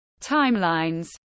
timelines